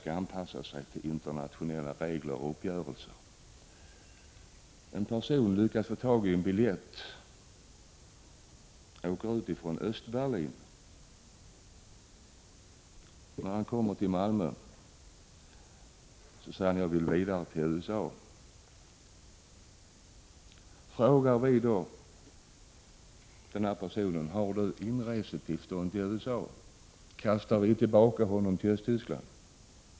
Låt oss anta att den situationen inträffar i morgon att en person har lyckats få tag i en biljett och tagit sig ut ur Östberlin. När han kommer till Malmö säger han att han vill vidare till USA. Frågar vi då den personen: Har du inresetillstånd till USA? Kastar vi tillbaka honom till Östtyskland?